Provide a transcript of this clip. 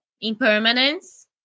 impermanence